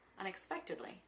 unexpectedly